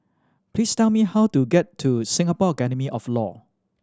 please tell me how to get to Singapore Academy of Law